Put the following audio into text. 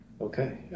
Okay